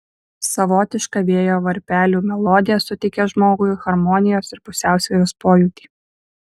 savotiška vėjo varpelių melodija suteikia žmogui harmonijos ir pusiausvyros pojūtį